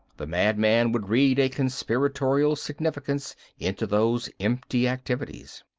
the madman would read a conspiratorial significance into those empty activities.